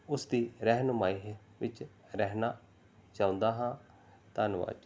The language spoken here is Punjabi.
ਉਸ ਦੀ ਰਹਿਨੁਮਾਈ ਵਿੱਚ ਰਹਿਣਾ ਚਾਹੁੰਦਾ ਹਾਂ ਧੰਨਵਾਦ ਜੀ